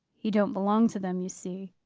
he don't belong to them, you see,